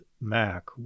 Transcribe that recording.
Mac